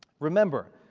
remember,